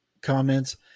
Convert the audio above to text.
comments